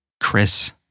chris